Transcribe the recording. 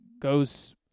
goes